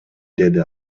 деди